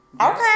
Okay